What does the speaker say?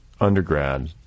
undergrad